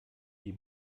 die